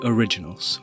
Originals